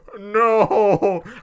No